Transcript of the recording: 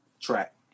track